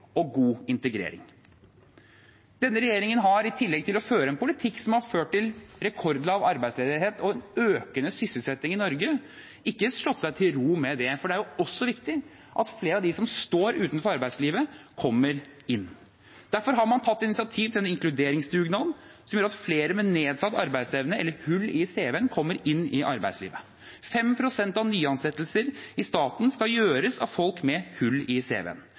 og god integrering. Denne regjeringen har, i tillegg til å føre en politikk som har ført til rekordlav arbeidsledighet og økende sysselsetting i Norge, ikke slått seg til ro med det, for det er også viktig at flere av dem som står utenfor arbeidslivet, kommer inn. Derfor har man tatt initiativ til en inkluderingsdugnad som gjør at flere med nedsatt arbeidsevne eller hull i cv-en kommer inn i arbeidslivet. 5 pst. av nyansettelser i staten skal gjøres av folk med hull i